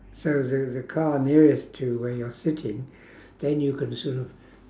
so the the car nearest to where you're sitting then you can sort of